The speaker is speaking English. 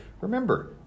Remember